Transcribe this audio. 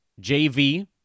JV